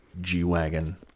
G-Wagon